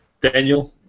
Daniel